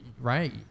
right